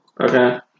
okay